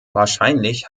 wahrscheinlich